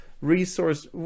resource